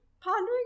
pondering